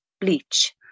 bleach